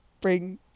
bring